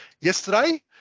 yesterday